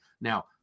Now